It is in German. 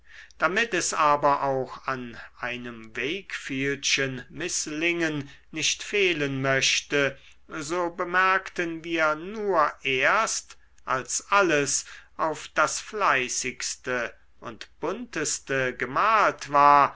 damit es aber auch an einem wakefieldschen mißlingen nicht fehlen möchte so bemerkten wir nur erst als alles auf das fleißigste und bunteste gemalt war